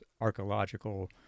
archaeological